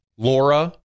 Laura